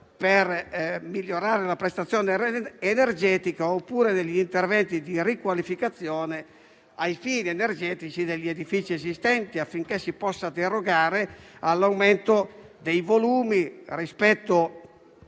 per migliorare la prestazione energetica oppure degli interventi di riqualificazione ai fini energetici degli edifici esistenti, affinché si possa derogare all'aumento dei volumi, secondo